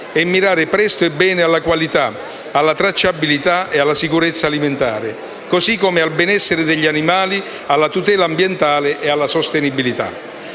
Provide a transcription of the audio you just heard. e mirare presto e bene alla qualità, alla tracciabilità e alla sicurezza alimentare, così come al benessere degli animali, alla tutela ambientale e alla sostenibilità.